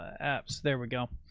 apps. there we go.